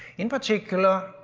in particular,